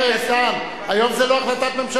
השר איתן, היום זה לא החלטת ממשלה.